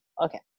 Okay